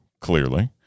clearly